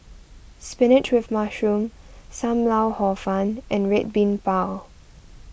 Spinach with Mushroom Sam Lau Hor Fun and Red Bean Bao